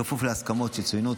בכפוף להסכמות שצוינו.